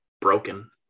broken